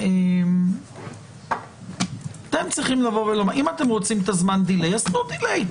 אם אתם רוצים את זמן ה-delay, אז תנו delay.